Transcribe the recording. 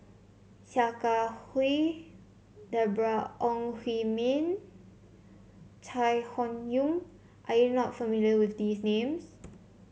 Sia Kah Hui Deborah Ong Hui Min Chai Hon Yoong are You not familiar with these names